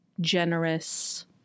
generous